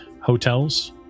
hotels